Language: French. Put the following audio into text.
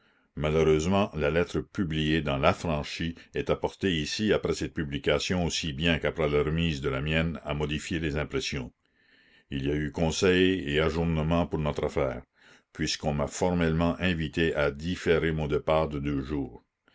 malheureusement la lettre publiée dans l'affranchi et apportée ici après cette publication aussi bien qu'après la remise de la mienne a modifié les impressions il y a la commune eu conseil et ajournement pour notre affaire puisqu'on m'a formellement invité à différer mon départ de deux jours